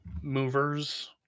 movers